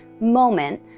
moment